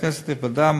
כנסת נכבדה,